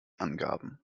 angaben